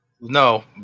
No